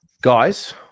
Guys